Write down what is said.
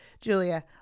Julia